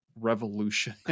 revolution